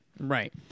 Right